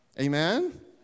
Amen